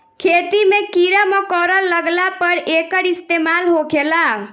खेती मे कीड़ा मकौड़ा लगला पर एकर इस्तेमाल होखेला